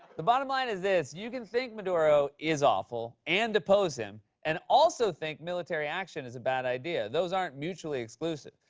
the bottom line is this. you can think maduro is awful and oppose him and also think military action is a bad idea. those aren't mutually exclusive.